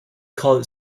called